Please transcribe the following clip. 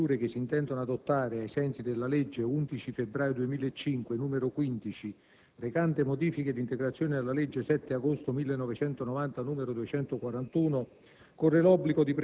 in ordine alle misure che si intendono adottare ai sensi della legge 11 febbraio 2005, n. 15 (recante modifiche ed integrazioni alla legge 7 agosto 1990, n. 241),